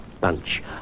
bunch